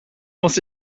muss